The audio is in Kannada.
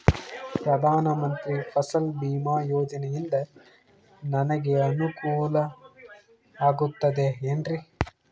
ಪ್ರಧಾನ ಮಂತ್ರಿ ಫಸಲ್ ಭೇಮಾ ಯೋಜನೆಯಿಂದ ನನಗೆ ಅನುಕೂಲ ಆಗುತ್ತದೆ ಎನ್ರಿ?